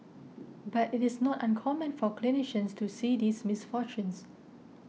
but it is not uncommon for clinicians to see these misfortunes